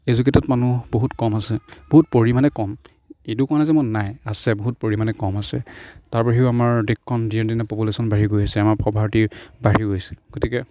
educated মানুহ বহুত কম আছে বহুত পৰিমাণে কম এইটো কোৱা নাই মই যে নাই আছে বহুত পৰিমাণে কম আছে তাৰ বাহিৰেও আমাৰ দেশখন দিনে দিনে পপুলেশ্যন বাঢ়ি গৈ আছে আমাৰ পভাৰ্টি বাঢ়ি গৈছে গতিকে